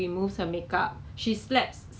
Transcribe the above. but you are essential right